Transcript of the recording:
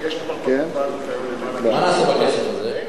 יש כבר בקופה כיום יותר מה לעשות בכסף הזה?